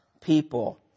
people